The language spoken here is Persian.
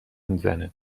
میزنه